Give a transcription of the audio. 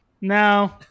No